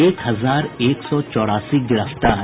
एक हजार एक सौ चौरासी गिरफ्तार